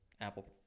Apple